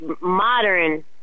modern